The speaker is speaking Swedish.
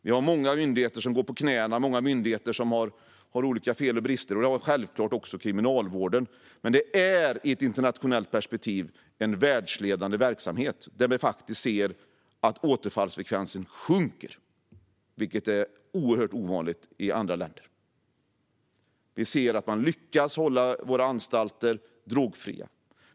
Det finns många myndigheter som går på knäna eller har fel och brister, och det gäller självklart också Kriminalvården, men den är i ett internationellt perspektiv en världsledande verksamhet där man faktiskt ser att återfallsfrekvensen sjunker, vilket är oerhört ovanligt i andra länder. Man lyckas hålla anstalterna drogfria.